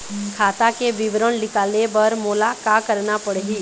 खाता के विवरण निकाले बर मोला का करना पड़ही?